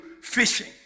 fishing